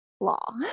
law